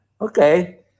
Okay